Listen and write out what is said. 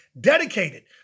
dedicated